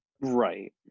Right